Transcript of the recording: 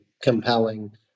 compelling